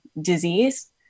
disease